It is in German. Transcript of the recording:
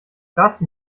dazu